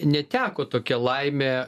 neteko tokia laimė